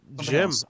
Jim